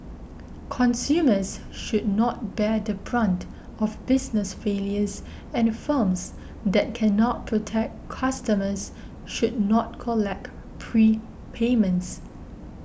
consumers should not bear the brunt of business failures and firms that cannot protect customers should not collect prepayments